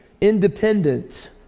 independent